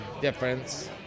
difference